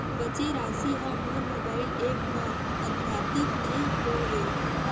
बचे राशि हा मोर मोबाइल ऐप मा आद्यतित नै होए हे